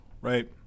right